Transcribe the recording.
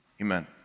Amen